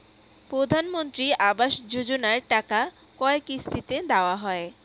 প্রধানমন্ত্রী আবাস যোজনার টাকা কয় কিস্তিতে দেওয়া হয়?